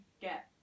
get